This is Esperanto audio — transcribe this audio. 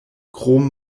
krom